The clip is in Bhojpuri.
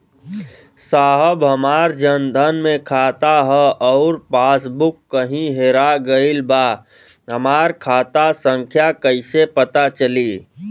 साहब हमार जन धन मे खाता ह अउर पास बुक कहीं हेरा गईल बा हमार खाता संख्या कईसे पता चली?